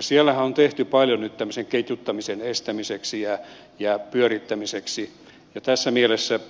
siellähän on tehty paljon nyt tämmöisen ketjuttamisen ja pyörittämisen pyörittämiseksi ja tässä mielessä